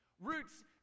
Roots